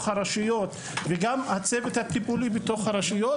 הרשויות וגם הצוות הטיפולי בתוך הרשויות,